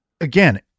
again